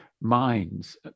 minds